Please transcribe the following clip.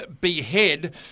behead